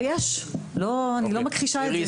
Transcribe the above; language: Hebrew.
ויש; אני לא מכחישה את זה.